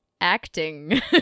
acting